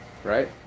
Right